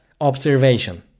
observation